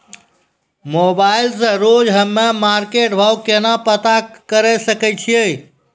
Mobile से रोजे हम्मे मार्केट भाव केना पता करे सकय छियै?